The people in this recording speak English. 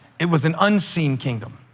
it was an unseen kingdom.